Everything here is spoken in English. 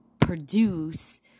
produce